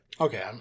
Okay